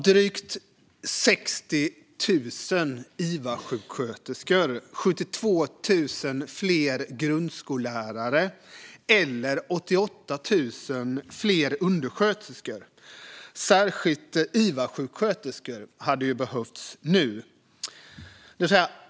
Drygt 60 000 iva-sjuksköterskor, 72 000 fler grundskollärare eller 88 000 fler undersköterskor, särskilt iva-sjuksköterskor, hade behövts nu.